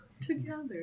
Together